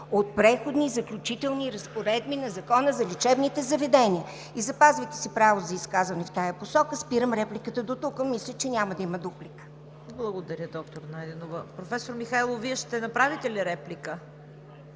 от Преходни и заключителни разпоредби на Закона за лечебните заведения. Запазвайки си право за изказване в тази посока, спирам репликата дотук. Мисля, че няма да има дуплика. ПРЕДСЕДАТЕЛ ЦВЕТА КАРАЯНЧЕВА: Благодаря Ви, доктор Найденова. Професор Михайлов, Вие ще направите ли реплика?